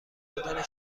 دادن